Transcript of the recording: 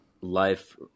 life